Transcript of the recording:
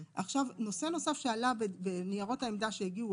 נושא נוסף שעלה בניירות העמדה שהגיעו